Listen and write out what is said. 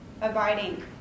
abiding